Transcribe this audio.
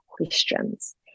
questions